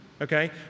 Okay